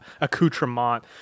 accoutrement